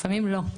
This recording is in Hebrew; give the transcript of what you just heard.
לפעמים לא.